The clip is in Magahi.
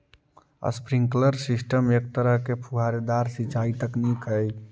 स्प्रिंकलर सिस्टम एक तरह के फुहारेदार सिंचाई तकनीक हइ